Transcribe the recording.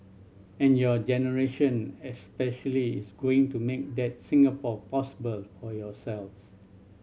and your generation especially is going to make that Singapore possible for yourselves